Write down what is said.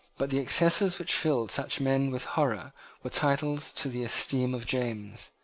but the excesses which filled such men with horror were titles to the esteem of james.